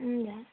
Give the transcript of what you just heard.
हजुर